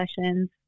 sessions